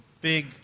big